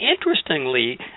interestingly